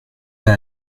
pas